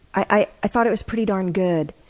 i thought it was pretty darn good.